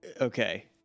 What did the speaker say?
Okay